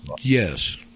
Yes